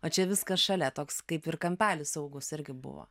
o čia viskas šalia toks kaip ir kampelis saugūs irgi buvo